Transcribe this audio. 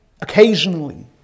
Occasionally